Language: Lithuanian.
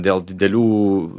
dėl didelių